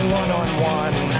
one-on-one